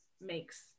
makes